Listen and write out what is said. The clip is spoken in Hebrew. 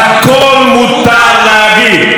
הכול מותר להגיד.